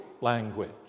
language